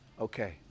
okay